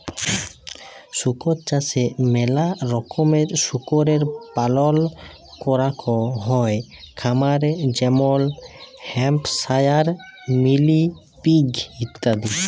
শুকর চাষে ম্যালা রকমের শুকরের পালল ক্যরাক হ্যয় খামারে যেমল হ্যাম্পশায়ার, মিলি পিগ ইত্যাদি